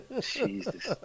Jesus